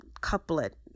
couplet